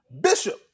Bishop